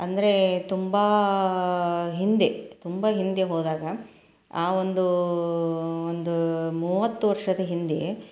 ಅಂದರೆ ತುಂಬ ಹಿಂದೆ ತುಂಬ ಹಿಂದೆ ಹೋದಾಗ ಆ ಒಂದು ಒಂದು ಮೂವತ್ತು ವರ್ಷದ ಹಿಂದೆ